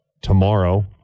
tomorrow